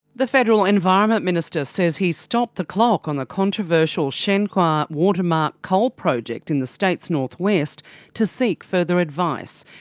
the federal environment minister says he stopped the clock on the controversial shenhua watermark coal project in the state's north-west to seek further advice.